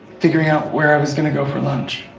figuring out where i was gonna go for lunch.